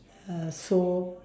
uh soap